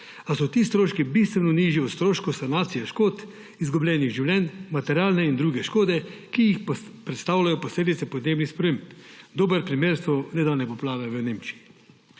a so ti stroški bistveno nižji od stroškov sanacije škod, izgubljenih življenj, materialne in druge škode, ki jih predstavljajo posledice podnebnih sprememb. Dober primer so nedavne poplave v Nemčiji.